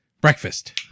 breakfast